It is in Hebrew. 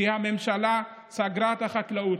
כי הממשלה סגרה את החקלאות.